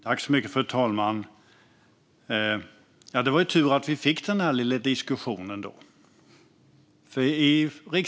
Fru talman! Det var tur att vi fick denna lilla diskussion.